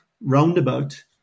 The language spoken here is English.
roundabout